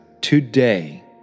today